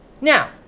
Now